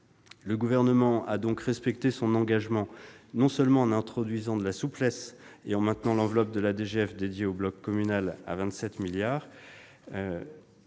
Le Gouvernement a donc respecté son engagement en introduisant de la souplesse et en maintenant l'enveloppe de la DGF dédiée au bloc communal à 27 milliards